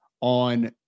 on